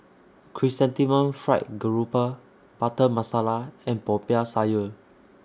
Chrysanthemum Fried Garoupa Butter Masala and Popiah Sayur